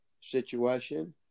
situation